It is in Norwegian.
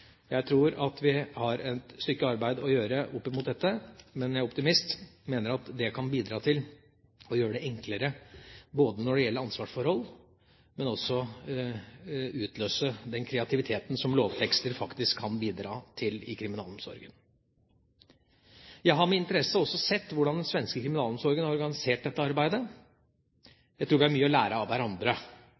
Jeg tror at vi har et stykke arbeid å gjøre opp mot dette, men jeg er optimist. Jeg mener at det kan bidra til å gjøre det enklere når det gjelder ansvarsforhold, og også å utløse den kreativiteten som lovtekster faktisk kan bidra til i kriminalomsorgen. Jeg har med interesse også sett hvordan den svenske kriminalomsorgen har organisert dette arbeidet. Jeg tror vi har mye å lære av hverandre.